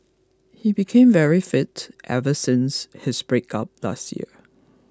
he became very fit ever since his breakup last year